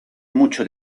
mucho